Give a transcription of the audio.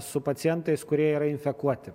su pacientais kurie yra infekuoti